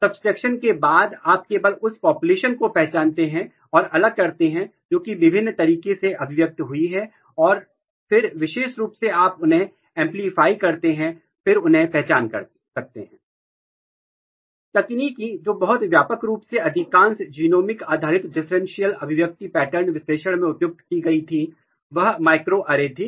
घटाव के बाद आप केवल उस पापुलेशन को पहचानते हैं और अलग करते हैं जो कि भिन्न तरीके से अभिव्यक्त हुई है और फिर विशेष रूप से आप उन्हें एंपलीफाय कर सकते हैं और फिर उन्हें पहचान सकते हैं तकनीक जो बहुत व्यापक रूप से अधिकांश जीनोमिक्स आधारित डिफरेंशियल अभिव्यक्ति पैटर्न विश्लेषण में उपयोग की गई थी वह माइक्रोएरे थी